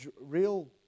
real